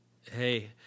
Hey